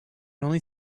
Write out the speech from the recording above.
only